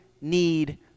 need